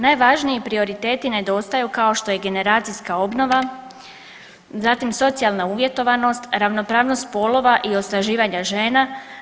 Najvažniji prioriteti nedostaju kao što je generacijska obnova, zatim socijalna uvjetovanost, ravnopravnost spolova i osnaživanje žena.